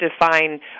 define